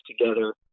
together